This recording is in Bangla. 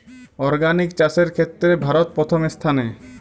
অর্গানিক চাষের ক্ষেত্রে ভারত প্রথম স্থানে